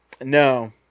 No